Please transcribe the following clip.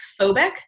phobic